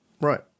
Right